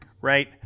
right